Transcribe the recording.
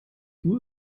uhr